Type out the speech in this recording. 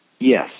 Yes